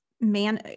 man